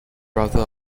brother